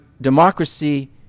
democracy